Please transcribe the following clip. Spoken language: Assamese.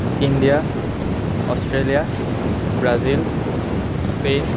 India Australia Brazil Spain